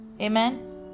Amen